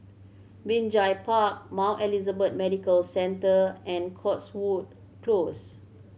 Binjai Park Mount Elizabeth Medical Centre and Cotswold Close